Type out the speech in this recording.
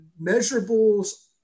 measurables